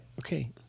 Okay